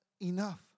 enough